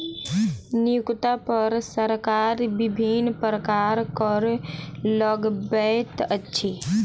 नियोक्ता पर सरकार विभिन्न प्रकारक कर लगबैत अछि